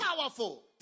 powerful